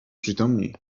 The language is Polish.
przytomni